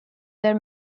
their